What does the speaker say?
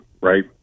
right